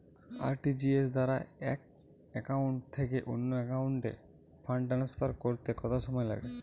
RTGS দ্বারা এক account থেকে অন্য একাউন্টে ফান্ড ট্রান্সফার করতে কত সময় লাগে?